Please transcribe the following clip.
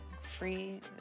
free